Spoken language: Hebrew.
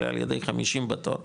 אלא על ידי חמישים בתור,